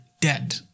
dead